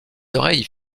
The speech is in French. oreilles